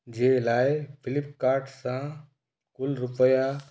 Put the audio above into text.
जे लाइ फ्लिपकार्ट सां कुल रुपिया